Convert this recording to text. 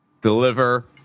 deliver